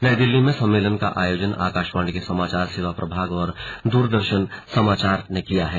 नई दिल्ली में सम्मेलन का आयोजन आकाशवाणी के समाचार सेवा प्रभाग और दूरदर्शन समाचार ने किया है